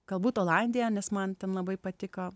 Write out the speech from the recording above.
galbūt olandija nes man ten labai patiko